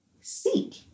seek